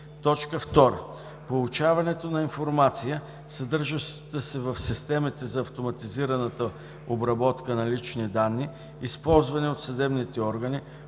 2. получаването на информация, съдържаща се в системите за автоматизираната обработка на лични данни, използвани от съдебните органи,